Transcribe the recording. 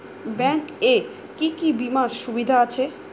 Bank এ কি কী বীমার সুবিধা আছে?